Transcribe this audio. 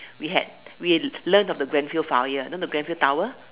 we had we learn of the grand field fire know the grand field tower